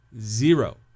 zero